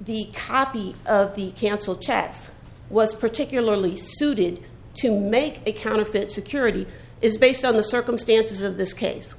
the copy of the canceled checks was particularly suited to make it count if it security is based on the circumstances of this case